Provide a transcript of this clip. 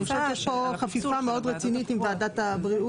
אני חושבת שיש פה חפיפה מאוד רצינית עם ועדת הבריאות.